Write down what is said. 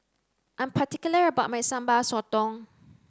I'm particular about my Sambal Sotong